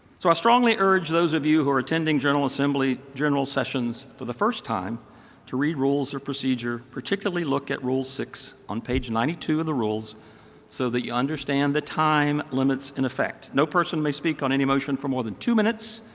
so i strongly urge those of you who are attending general assembly, general sessions for the first time to read rules of procedure, particularly look at rule six on page ninety two of the rules so that you understand the time limits in effect. no person may speak on any motion for more than two minutes.